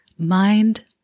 Mind